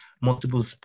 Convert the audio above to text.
multiple